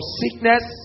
sickness